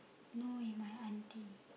no he my auntie